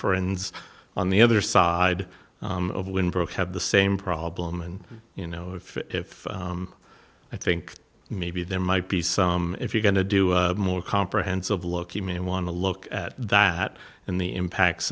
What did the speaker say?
friends on the other side of when broke have the same problem and you know if i think maybe there might be some if you're going to do a more comprehensive look you mean want to look at that in the impacts